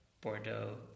Bordeaux